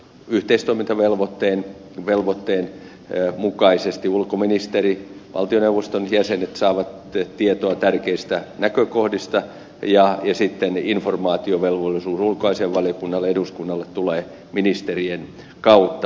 yhteistoimintavelvoitteen velvotteen eu mukaisesti ulkoministeri valtioneuvoston jäsenet saavat yhteistoimintavelvoitteen mukaisesti tietoa tärkeistä näkökohdista ja informaatiovelvollisuus ulkoasiainvaliokunnalle eduskunnalle tulee sitten ministerien kautta